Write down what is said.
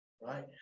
Right